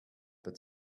but